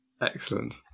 Excellent